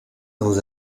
dans